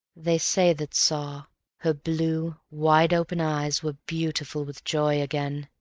they say that saw her blue, wide-open eyes were beautiful with joy again,